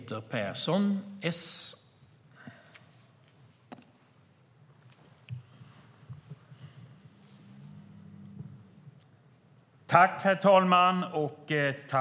Då Krister Örnfjäder, som framställt en av interpellationerna, anmält att han var förhindrad att närvara vid sammanträdet medgav tredje vice talmannen att Désirée Liljevall i stället fick delta i överläggningen.